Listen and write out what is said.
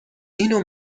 اینو